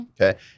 Okay